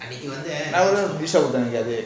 நானும்:naanum G shock